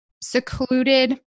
secluded